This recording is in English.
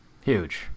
huge